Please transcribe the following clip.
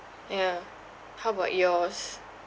yeah how about yours